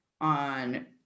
on